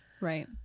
Right